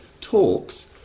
talks